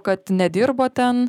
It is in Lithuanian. kad nedirbo ten